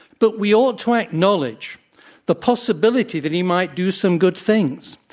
but we ought to acknowledge the possibility that he might do some good things,